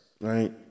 right